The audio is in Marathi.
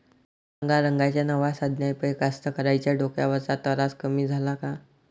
रंगारंगाच्या नव्या साधनाइपाई कास्तकाराइच्या डोक्यावरचा तरास कमी झाला का?